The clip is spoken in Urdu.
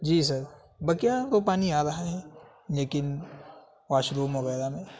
جی سر بقیہ پانی آ رہا ہے لیکن واش روم وغیرہ میں